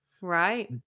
Right